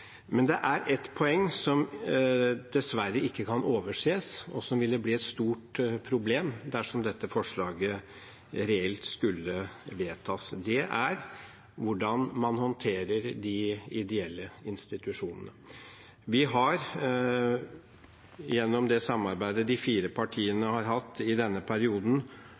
Men det er ett poeng som dessverre ikke kan overses, og som ville blitt et stort problem dersom dette forslaget reelt skulle vedtas. Det er hvordan man håndterer de ideelle institusjonene. Vi har gjennom det samarbeidet de fire partiene har hatt i denne perioden,